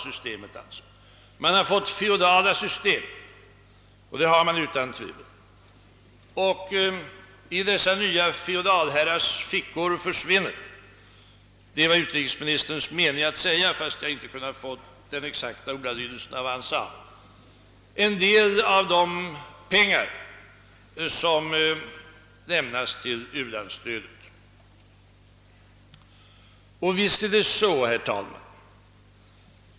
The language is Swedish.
Utan tvivel är detta riktigt. I dessa nya feodalherrars fickor försvinner — jag har inte den exakta ordalydelsen av utrikesministerns uttalande men detta var hans mening — en del av de pengar som lämnas som u-landsstöd. Visst är det så, herr talman!